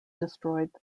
destroyed